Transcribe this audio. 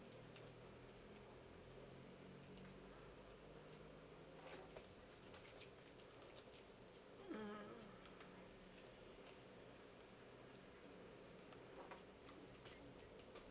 mm